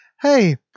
hey